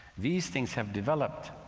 these things have developed